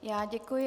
Já děkuji.